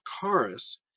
chorus